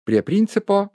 prie principo